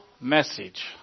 message